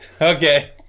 Okay